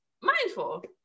mindful